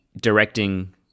directing